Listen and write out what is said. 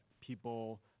people